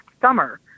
summer